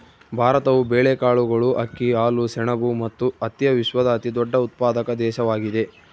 ಭಾರತವು ಬೇಳೆಕಾಳುಗಳು, ಅಕ್ಕಿ, ಹಾಲು, ಸೆಣಬು ಮತ್ತು ಹತ್ತಿಯ ವಿಶ್ವದ ಅತಿದೊಡ್ಡ ಉತ್ಪಾದಕ ದೇಶವಾಗಿದೆ